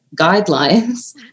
guidelines